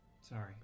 Sorry